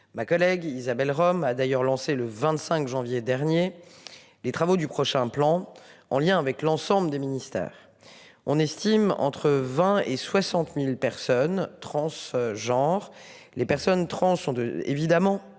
ma collègue, Isabelle Rome, a d'ailleurs lancé le 25 janvier dernier. Les travaux du prochain plan en lien avec l'ensemble des ministères. On estime entre 20 et 60.000 personnes transe genre les personnes trans sont évidemment